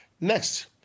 Next